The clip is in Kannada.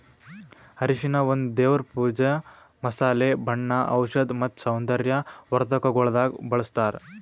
ಅರಿಶಿನ ಒಂದ್ ದೇವರ್ ಪೂಜಾ, ಮಸಾಲೆ, ಬಣ್ಣ, ಔಷಧ್ ಮತ್ತ ಸೌಂದರ್ಯ ವರ್ಧಕಗೊಳ್ದಾಗ್ ಬಳ್ಸತಾರ್